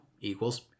equals